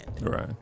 Right